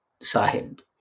Sahib